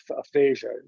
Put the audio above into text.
aphasia